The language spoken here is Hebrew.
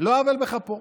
על לא עוול בכפו.